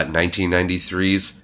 1993's